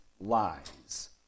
lies